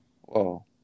whoa